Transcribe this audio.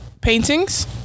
Paintings